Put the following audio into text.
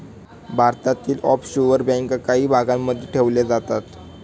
भारतातील ऑफशोअर बँका काही भागांमध्ये ठेवल्या जातात